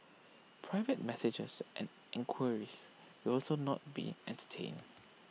private messages and enquiries will also not be entertained